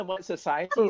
society